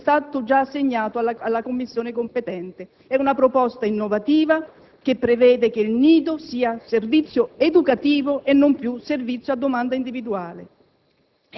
a sei anni, già assegnato alla Commissione competente. È una proposta innovativa che prevede che il nido sia un servizio educativo e non più a domanda individuale.